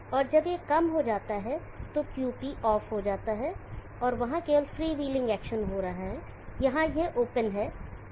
और जब यह कम हो जाता है तो QP ऑफहो जाता है वहाँ केवल फ्रीव्हीलिंग एक्शन हो रहा है यहाँ यह ओपन है